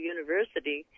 University